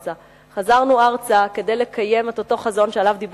חזרנו ארצה כדי לקיים את אותו חזון שעליו דיבר הרב קוק,